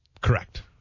Correct